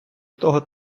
того